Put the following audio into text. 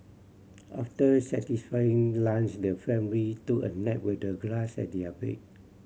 after satisfying lunch the family took a nap with the grass as their bed